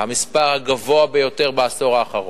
המספר הגבוה ביותר בעשור האחרון.